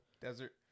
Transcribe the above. desert